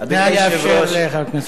נא לאפשר לחבר כנסת.